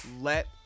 Let